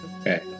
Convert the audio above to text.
Okay